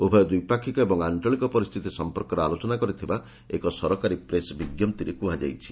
ଉଭୟ ଦ୍ୱିପାକ୍ଷିକ ଓ ଆଞ୍ଚଳିକ ପରିସ୍ଥିତି ସଫପର୍କରେ ଆଲୋଚନା କରିଥିବା ଏକ ସରକାରୀ ପ୍ରେସ୍ ବିଞ୍ଜପ୍ତିରେ କୁହାଯାଇଛି